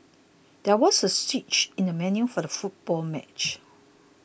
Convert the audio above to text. there was a switch in the venue for the football match